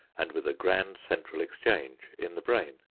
and with a grand central exchange in the brain.